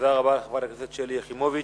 תודה רבה לחברת הכנסת שלי יחימוביץ.